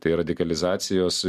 tai radikalizacijos